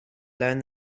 learn